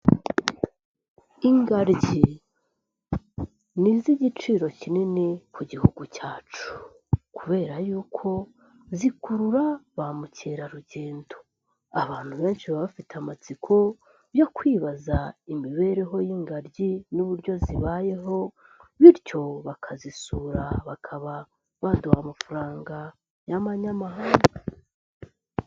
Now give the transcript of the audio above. Ingagi ni iz'igiciro kinini ku gihugu cyacu kubera yuko zikurura ba mukerarugendo. Abantu benshi baba bafite amatsiko yo kwibaza imibereho y'ingagi n'uburyo zibayeho bityo bakazisura bakaba baduha amafaranga y'amanyamahanga.